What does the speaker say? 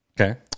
Okay